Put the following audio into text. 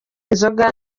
inzoga